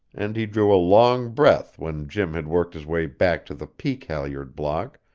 and he drew a long breath when jim had worked his way back to the peak-halliard block,